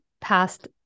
past